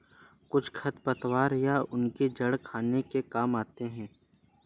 कुछ खरपतवार या उनके जड़ खाने के काम आते हैं